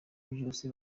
byose